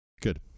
Good